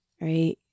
Right